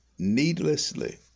Needlessly